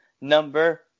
number